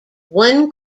one